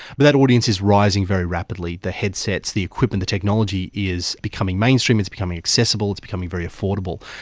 but that audience is rising very rapidly. the headsets, the equipment, the technology is becoming mainstream, it's becoming accessible, it's becoming very affordable.